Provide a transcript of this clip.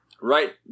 Right